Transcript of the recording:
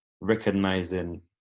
recognizing